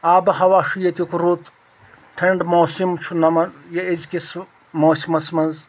آب و ہوا چھُ ییٚتیٛک رُت ٹھنٛڈ موسِم چھُ نۄمن یہِ أزکِس موسِمَس منٛز